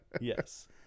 Yes